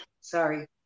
sorry